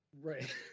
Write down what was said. Right